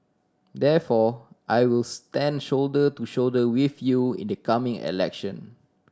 therefore I will stand shoulder to shoulder with you in the coming election